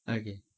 okay